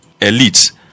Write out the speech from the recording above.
elites